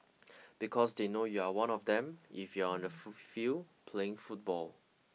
because they know you are one of them if you are on the field playing football